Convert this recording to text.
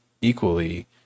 equally